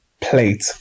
plate